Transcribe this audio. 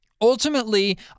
Ultimately